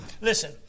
Listen